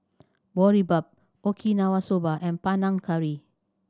Boribap Okinawa Soba and Panang Curry